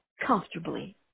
comfortably